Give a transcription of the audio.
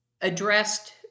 addressed